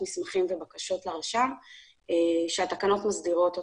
מסמכים ובקשות לרשם שהתקנות מסדירות אותם.